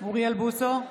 אוריאל בוסו,